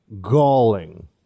galling